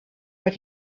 what